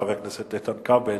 חבר הכנסת איתן כבל,